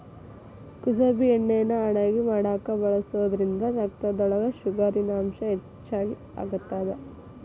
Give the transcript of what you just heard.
ಕುಸಬಿ ಎಣ್ಣಿನಾ ಅಡಗಿ ಮಾಡಾಕ ಬಳಸೋದ್ರಿಂದ ರಕ್ತದೊಳಗ ಶುಗರಿನಂಶ ಹೆಚ್ಚಿಗಿ ಆಗತ್ತದ